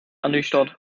ernüchtert